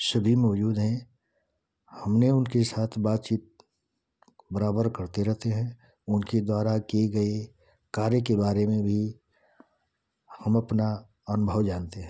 सभी मौजूद हैं हमने उनके साथ बातचीत बराबर करते रहते हैं उनके द्वारा किए गई कार्य के बारे में भी हम अपना अनुभव जानते हैं